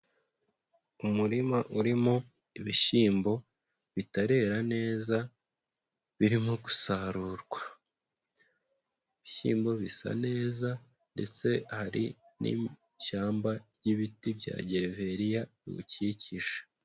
Umurima urimo ibishyimbo bitarera neza, birimo gusarurwa. Ibishyimbo bisa neza, ndetse hari n'ishyamba ry'ibiti bya gereveriya biwukikije.